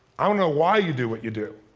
i wanna know why you do what you do.